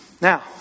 Now